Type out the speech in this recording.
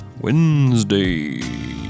Wednesday